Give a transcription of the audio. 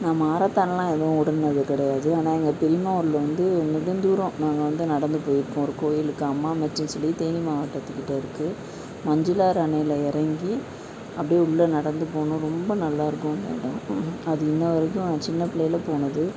நான் மாரத்தானெலாம் எதுவும் ஓடுனது கிடையாது ஆனால் எங்கள் பெரியம்மா ஊர்ல வந்து நெடுந்தூரம் நாங்கள் வந்து நடந்து போய்யிருக்கோம் ஒரு கோயிலுக்கு அம்மா மச்சினு சொல்லி தேனி மாவட்டத்துக்கிட்ட இருக்குது மஞ்சுளா ராணேல இறங்கி அப்படியே உள்ள நடந்து போகணும் ரொம்ப நல்லா இருக்கும் அது இன்று வரைக்கும் நான் சின்னப்பிள்ளையில போனது